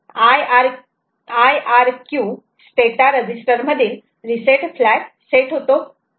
IRQ status register मधील reset flag set होतो